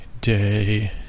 day